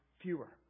fewer